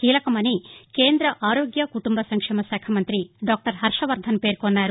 కీలకమని కేంద ఆరోగ్య కుటుంబ సంక్షేమ శాఖ మంతి డాక్టర్ హర్షవర్దన్ పేర్కొన్నారు